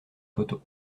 photo